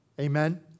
Amen